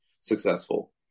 successful